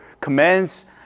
commands